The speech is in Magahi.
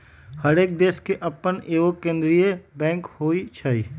हरेक देश के अप्पन एगो केंद्रीय बैंक होइ छइ